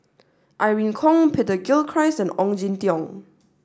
Irene Khong Peter Gilchrist and Ong Jin Teong